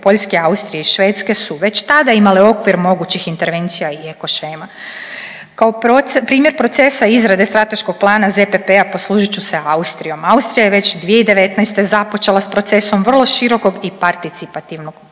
Poljske, Austrije i Švedske su već tada imale okvir mogućih intervencija i eko shema. Kao primjer procesa izrade strateškog plana ZPP-a poslužit ću se Austrijom. Austrija je već 2019. započela s procesom vrlo širokog i participativnog pristupa,